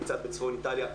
וקצת בצפון איטליה,